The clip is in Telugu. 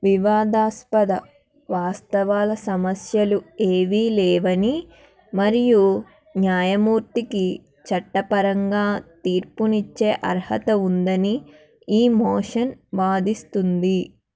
వివాదాస్పద వాస్తవాల సమస్యలు ఏవీ లేవని మరియు న్యాయమూర్తికి చట్టపరంగా తీర్పును ఇచ్చే అర్హత ఉందని ఈ మోషన్ వాదిస్తుంది